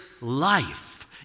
life